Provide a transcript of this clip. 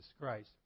Christ